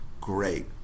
great